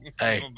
Hey